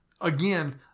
again